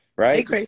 Right